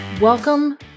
Welcome